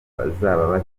bazaba